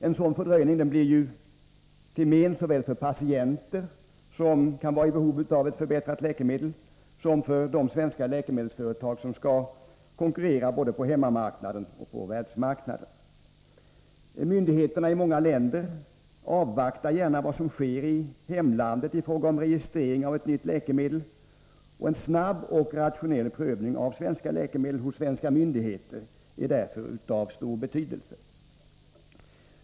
En sådan fördröjning blir till men såväl för patienterna, som kan vara i behov av förbättrade läkemedel, som för de svenska läkemedelsföretag som skall konkurrera både på hemmamarknaden och på världsmarknaden. Myndigheterna i många länder avvaktar gärna vad som sker i hemlandet i fråga om registrering av ett nytt läkemedel. En snabb och rationell prövning av svenska läkemedel hos svenska myndigheter är därför av stor betydelse.